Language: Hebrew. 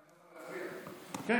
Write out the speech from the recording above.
נמצא,